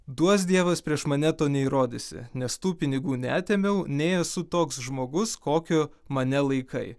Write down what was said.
duos dievas prieš mane to neįrodysi nes tų pinigų neatėmiau nei esu toks žmogus kokiu mane laikai